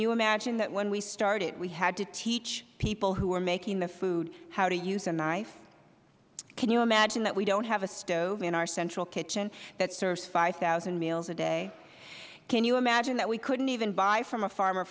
you imagine that when we started we had to teach people who were making the food how to use a knife can you imagine that we do not have a stove in our central kitchen that serves five thousand meals a day can you imagine that we could not even buy from a farm